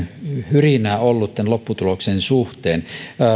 hyrinää ollut tämän lopputuloksen suhteen